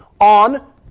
on